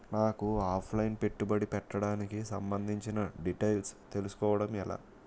నాకు offline పెట్టుబడి పెట్టడానికి సంబందించిన డీటైల్స్ తెలుసుకోవడం ఎలా?